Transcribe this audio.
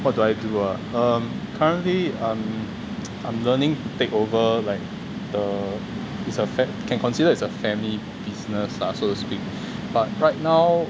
what do I do uh um currently I'm I'm learning to take over like the it's a can consider as a family business lah so to speak but right now